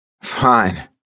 Fine